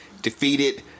defeated